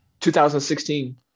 2016